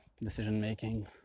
decision-making